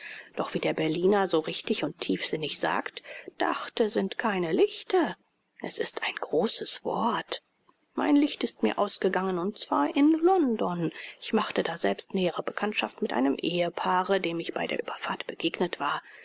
doch wie der berliner so richtig und tiefsinnig sagt dachte sind keine lichte es ist ein großes wort mein licht ist mir ausgegangen und zwar in london ich machte daselbst nähere bekanntschaft mit einem ehepaare dem ich bei der ueberfahrt begegnet war